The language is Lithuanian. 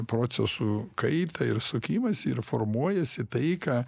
procesų kaitą ir sukimąsi ir formuojasi tai ką